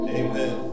amen